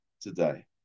today